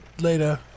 later